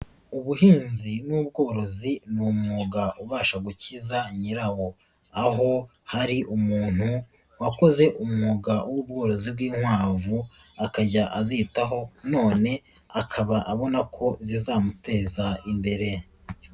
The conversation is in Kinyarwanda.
Ubuhinzi n'ubworozi ni umwuga ubasha gukiza nyirawo, aho hari umuntu wakoze umwuga w'ubworozi bw'inkwavu akajya azitaho none akaba abona ko zizamuteza imbere.